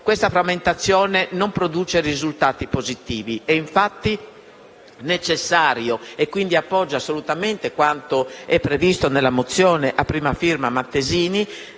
Questa frammentazione non produce risultati positivi. È infatti necessario - e quindi appoggio assolutamente quanto è previsto nella mozione a prima firma della